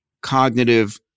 cognitive